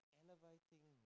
elevating